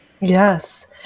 Yes